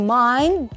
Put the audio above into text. mind